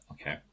Okay